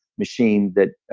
machine that.